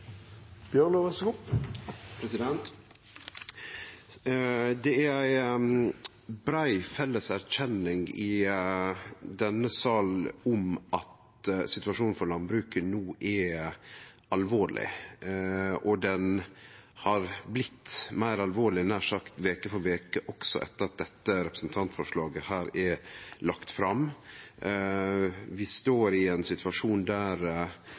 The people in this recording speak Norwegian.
alvorleg, og han har blitt meir alvorleg nær sagt veke for veke, også etter at dette representantforslaget blei lagt fram. Vi står i ein situasjon der